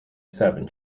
seven